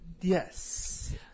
Yes